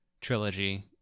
trilogy